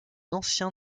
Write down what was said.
ancien